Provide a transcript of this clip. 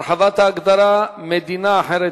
(הרחבת ההגדרה מדינה אחרת),